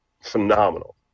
phenomenal